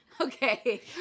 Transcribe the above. Okay